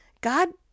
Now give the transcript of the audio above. god